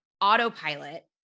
autopilot